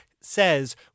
says